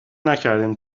نکردیم